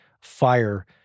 fire